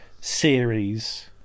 series